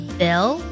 bill